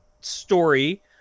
story